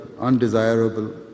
undesirable